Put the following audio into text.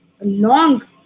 long